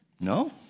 No